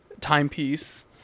timepiece